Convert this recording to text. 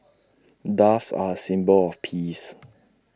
doves are A symbol of peace